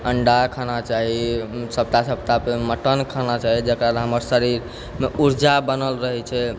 अण्डा खाना चाही सप्ताह सप्ताहपर मटन खाना चाही जकरा लए हमर शरीरमे ऊर्जा बनल रहै छै